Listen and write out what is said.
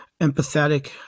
empathetic